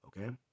Okay